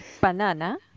banana